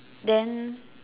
then